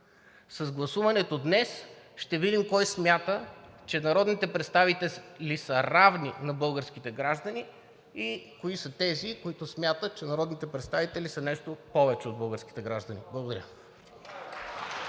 С гласуването днес ще видим кой смята, че народните представители са равни на българските граждани, и кои са тези, които смятат, че народните представители са нещо повече от българските граждани. Благодаря.